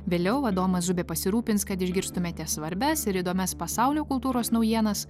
vėliau adomas zubė pasirūpins kad išgirstumėte svarbias ir įdomias pasaulio kultūros naujienas